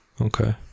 Okay